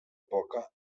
poca